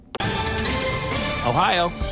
Ohio